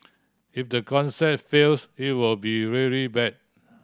if the concept fails it will be really bad